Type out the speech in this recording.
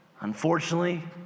unfortunately